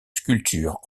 sculpture